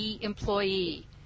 employee